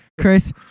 Chris